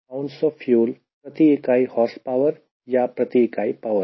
pounds of fuel प्रति इकाई horsepower या प्रति इकाई पावर